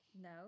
No